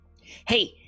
Hey